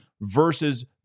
versus